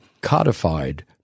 codified